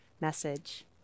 message